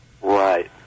Right